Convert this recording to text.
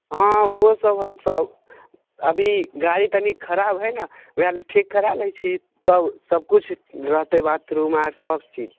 हँ ओहो सब हमसब अभी गाड़ी तनी खराब हइ ने वएहमे ठीक करा लै छी तब सब किछु रहतै बाथरूम आर सब चीज